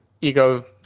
ego